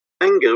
Anger